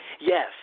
Yes